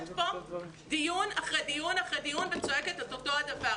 כאן דיון אחרי דיון אחרי דיון וצועקת את אותו דבר.